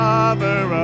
Father